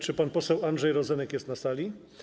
Czy pan poseł Andrzej Rozenek jest na sali?